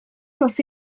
dros